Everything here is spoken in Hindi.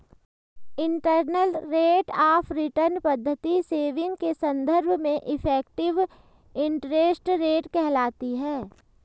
इंटरनल रेट आफ रिटर्न पद्धति सेविंग के संदर्भ में इफेक्टिव इंटरेस्ट रेट कहलाती है